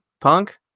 Punk